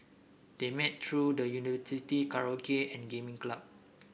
they met through the University's karaoke and gaming club